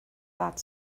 that